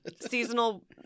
seasonal